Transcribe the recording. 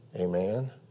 Amen